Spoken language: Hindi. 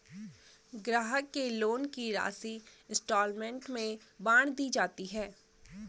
ग्राहक के लोन की राशि इंस्टॉल्मेंट में बाँट दी जाती है